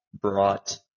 brought